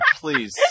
Please